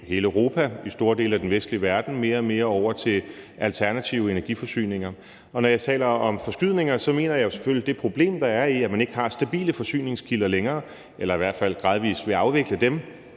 hele Europa, i store dele af den vestlige verden, går mere og mere over til alternative energiforsyninger. Og når jeg taler om forskydninger, mener jeg selvfølgelig det problem, der er i, at man ikke har stabile forsyningskilder længere, eller man vil i hvert fald gradvis afvikle dem,